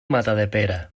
matadepera